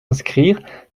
inscrire